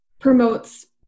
promotes